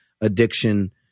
addiction